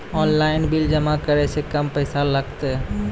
Online bill जमा करै से कम पैसा लागतै?